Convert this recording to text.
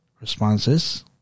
responses